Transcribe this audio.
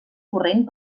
corrent